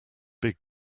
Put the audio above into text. big